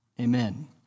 Amen